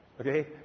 okay